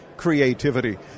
creativity